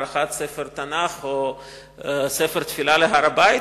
הברחת ספר תנ"ך או ספר תפילה להר-הבית,